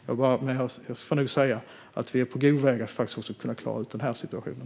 Men jag får nog säga att vi är på god väg att faktiskt också kunna klara ut denna situation.